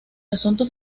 asuntos